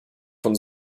von